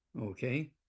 okay